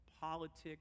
politics